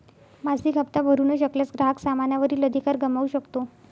मासिक हप्ता भरू न शकल्यास, ग्राहक सामाना वरील अधिकार गमावू शकतो